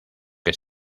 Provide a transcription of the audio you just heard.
que